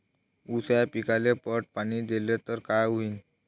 ऊस या पिकाले पट पाणी देल्ल तर काय होईन?